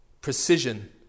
precision